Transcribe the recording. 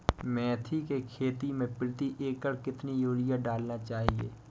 मेथी के खेती में प्रति एकड़ कितनी यूरिया डालना चाहिए?